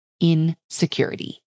insecurity